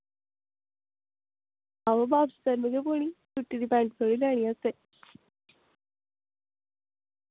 आहो बापस करने गै पौनी टुट्टी दी पैंट थोह्ड़ी लैनी असें